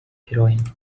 heroine